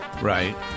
Right